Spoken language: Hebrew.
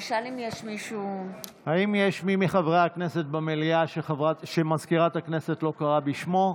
האם יש מי מחברי הכנסת במליאה שמזכירת הכנסת לא קראה בשמו?